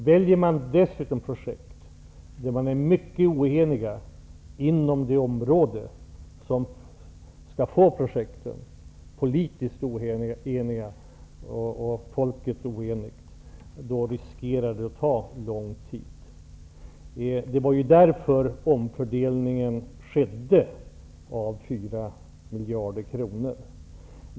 Väljer man dessutom projekt som det råder stor oenighet om bland människorna och politikerna i området finns det risk att det tar lång tid. Det var därför omfördelningen av fyra miljarder kronor gjordes.